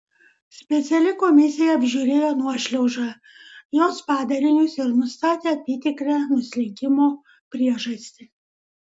speciali komisija apžiūrėjo nuošliaužą jos padarinius ir nustatė apytikrę nuslinkimo priežastį